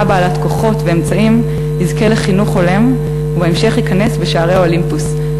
בעלת כוחות ואמצעים יזכה לחינוך הולם ובהמשך ייכנס בשערי האולימפוס,